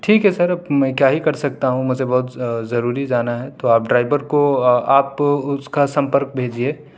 ٹھیک ہے سر اب میں کیا ہی کر سکتا ہوں مجھے بہت ضروری جانا ہے تو آپ ڈرائیور کو آپ اس کا سمپرک بیھجیے